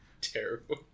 Terrible